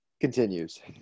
continues